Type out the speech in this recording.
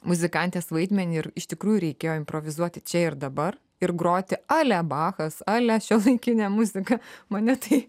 muzikantės vaidmenį ir iš tikrųjų reikėjo improvizuoti čia ir dabar ir groti a le bachas a le šiuolaikinė muzika mane tai